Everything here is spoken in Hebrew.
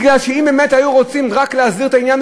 כי אם באמת היו רוצים רק להסדיר את העניין,